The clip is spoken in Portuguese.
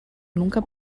nunca